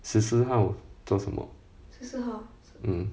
十四号做什么嗯